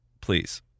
Please